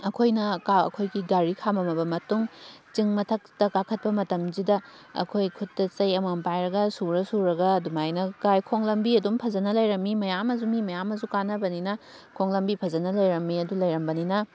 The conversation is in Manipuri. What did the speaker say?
ꯑꯩꯈꯣꯏꯅ ꯑꯩꯈꯣꯏꯒꯤ ꯒꯥꯔꯤ ꯈꯥꯝꯃꯝꯃꯕ ꯃꯇꯨꯡ ꯆꯤꯡ ꯃꯊꯛꯇ ꯀꯥꯈꯠꯄ ꯃꯇꯝꯁꯤꯗ ꯑꯩꯈꯣꯏ ꯈꯨꯠꯇ ꯆꯩ ꯑꯃꯃꯝ ꯄꯥꯏꯔꯒ ꯁꯨꯔ ꯁꯨꯔꯒ ꯑꯗꯨꯃꯥꯏꯅ ꯀꯥꯏ ꯈꯣꯡ ꯂꯝꯕꯤ ꯑꯗꯨꯝ ꯐꯖꯅ ꯂꯩꯔꯝꯃꯤ ꯃꯌꯥꯝ ꯑꯃꯁꯨ ꯃꯤ ꯃꯌꯥꯝ ꯑꯃꯁꯨ ꯀꯥꯅꯕꯅꯤꯅ ꯈꯣꯡ ꯂꯝꯕꯤ ꯐꯖꯅ ꯂꯩꯔꯝꯃꯤ ꯑꯗꯨ ꯂꯩꯔꯝꯕꯅꯤꯅ